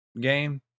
game